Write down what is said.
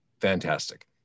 fantastic